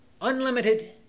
unlimited